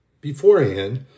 beforehand